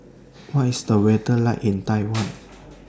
What IS The weather like in Taiwan